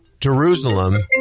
Jerusalem